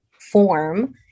form